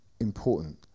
important